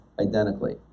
identically